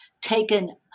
taken